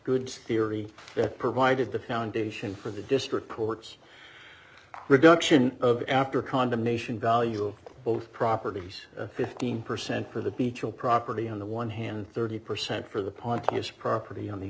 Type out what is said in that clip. goods theory that provided the foundation for the district court's reduction of after condemnation value of both properties fifteen percent for the beach or property on the one hand thirty percent for the pontius property on the